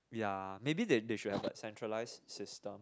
ya maybe they they should have a centralized system